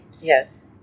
Yes